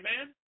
Amen